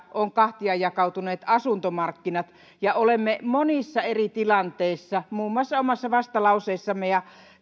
on kahtia jakautuneet asuntomarkkinat ja olemme monissa eri tilanteissa muun muassa omassa vastalauseessamme ja